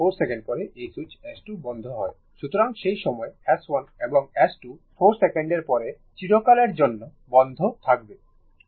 সুতরাং সেই সময় S1 এবং S2 4 সেকেন্ডের পরে চিরকালের জন্য বন্ধ থাকবে